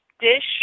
dish